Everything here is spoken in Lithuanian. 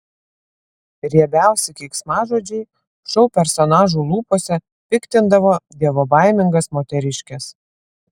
riebiausi keiksmažodžiai šou personažų lūpose piktindavo dievobaimingas moteriškes